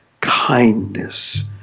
kindness